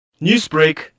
Newsbreak